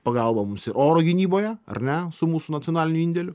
pagalba mums oro gynyboje ar ne su mūsų nacionaliniu indėliu